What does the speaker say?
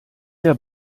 der